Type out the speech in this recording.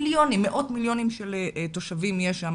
מאות מיליונים של תושבים יש שם,